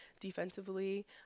defensively